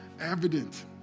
evident